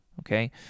okay